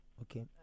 Okay